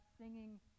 singing